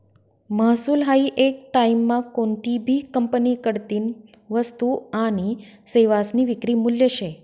महसूल हायी येक टाईममा कोनतीभी कंपनीकडतीन वस्तू आनी सेवासनी विक्री मूल्य शे